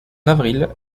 avril